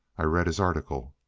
i read his article.